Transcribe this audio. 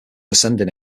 ascending